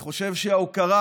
אני חושב שההוקרה